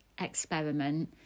experiment